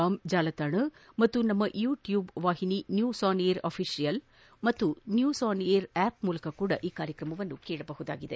com ಜಾಲತಾಣ ಮತ್ತು ನಮ್ಮ ಯುಟ್ಯೂಬ್ ವಾಹಿನಿ ನ್ಯೂಸ್ ಆನ್ ಏರ್ ಆಫೀಷಿಯಲ್ ಮತ್ತು ನ್ಯೂಸ್ ಆನ್ ಏರ್ ಆಪ್ ಮೂಲಕವೂ ಕಾರ್ಯಕ್ರಮವನ್ನು ಕೇಳಬಹುದಾಗಿದೆ